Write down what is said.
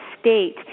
state